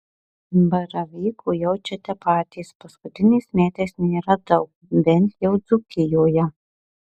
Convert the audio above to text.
baravykų jaučiate patys paskutiniais metais nėra daug bent jau dzūkijoje